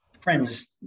friends